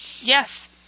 yes